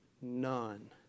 none